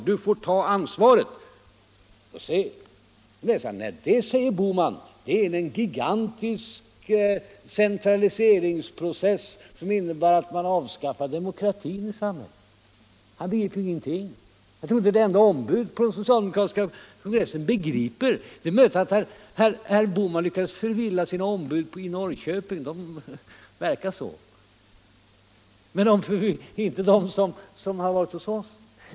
Du får ta ansvaret.” Då säger herr Bohman, att detta är en gigantisk centraliseringsprocess som innebär att man avskaffar demokratin i samhället. Han begriper ju ingenting. Det är möjligt att herr Bohman lyckades förvilla sina ombud i Norrköping — det verkade så —- men han lyckas inte förvilla dem som var med på vår kongress.